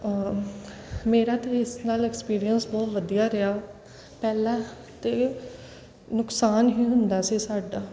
ਮੇਰਾ ਤਾਂ ਇਸ ਨਾਲ ਐਕਸਪੀਰੀਅਸ ਬਹੁਤ ਵਧੀਆ ਰਿਹਾ ਪਹਿਲਾਂ ਤਾਂ ਨੁਕਸਾਨ ਹੀ ਹੁੰਦਾ ਸੀ ਸਾਡਾ